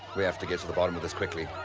we have to get to the bottom of this quickly.